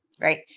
Right